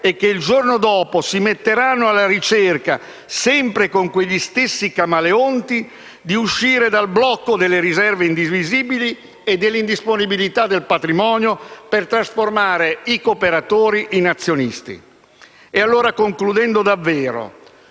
e che il giorno dopo si metteranno alla ricerca - sempre con quegli stessi camaleonti - di un'uscita dal blocco delle riserve indivisibili e delle indisponibilità del patrimonio per trasformare i cooperatori in azionisti. Concludendo, pesa